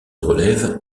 relève